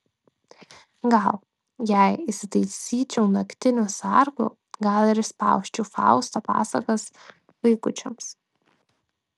gal jei įsitaisyčiau naktiniu sargu gal ir išspausčiau fausto pasakas vaikučiams